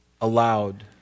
allowed